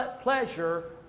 pleasure